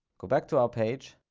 go back to our page,